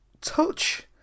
touch